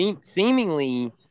seemingly